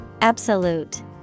Absolute